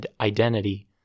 identity